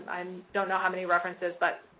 i um don't know how many references, but